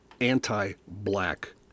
anti-black